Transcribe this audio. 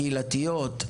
קהילתיות.